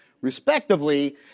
Respectively